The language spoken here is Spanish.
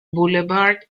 boulevard